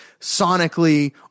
sonically